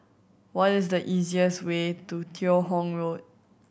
what is the easiest way to Teo Hong Road